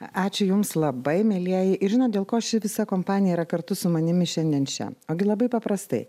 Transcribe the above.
ačiū jums labai mielieji ir žinot dėl ko ši visa kompanija yra kartu su manimi šiandien čia ogi labai paprastai